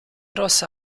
rosse